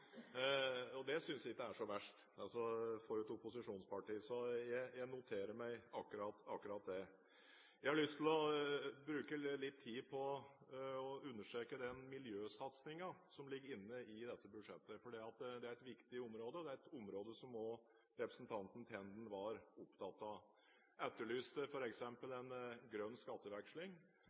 og det synes jeg ikke er så verst for et opposisjonsparti. Jeg noterer meg akkurat det. Jeg har lyst til å bruke litt tid på å undersøke den miljøsatsingen som ligger inne i dette budsjettet, fordi det er et viktig område. Det er et område som også representanten Tenden var opptatt av. Tenden etterlyste f.eks. en grønn skatteveksling.